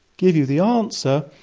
give you the answer,